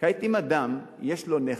כעת, אם אדם יש לו נכס,